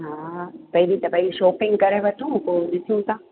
हा पहिरीं त भई शॉपिंग करे वठूं पोइ ॾिसूं था